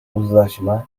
uzlaşma